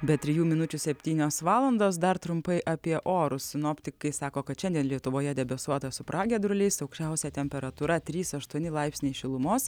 be trijų minučių septynios valandos dar trumpai apie orus sinoptikai sako kad šiandien lietuvoje debesuota su pragiedruliais aukščiausia temperatūra trys aštuoni laipsniai šilumos